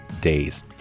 days